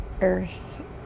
earth